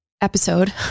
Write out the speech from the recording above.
episode